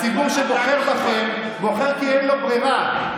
הציבור שבוחר בכם בוחר כי אין לו ברירה.